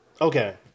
okay